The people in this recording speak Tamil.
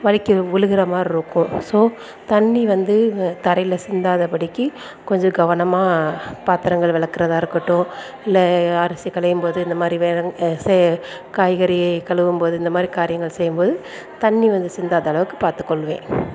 வழுக்கி விழுகிற மாரிருக்கும் ஸோ தண்ணி வந்து தரையில் சிந்தாத படிக்கு கொஞ்சம் கவனமாக பாத்திரங்கள் விலக்கறதாக இருக்கட்டும் இல்லை அரிசி களையும்போது இந்த மாதிரி வேகன் சே காய்கறி கழுவும்போது இந்த மாதிரி காரியங்கள் செய்மோது தண்ணி வந்து சிந்தாத அளவுக்கு பார்த்துக்கொள்வேன்